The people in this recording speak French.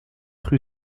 rue